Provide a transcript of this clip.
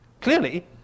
Clearly